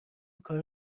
کارا